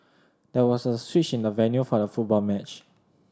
there was a switch in the venue for the football match